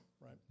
right